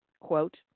Quote